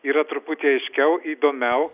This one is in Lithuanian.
yra truputį aiškiau įdomiau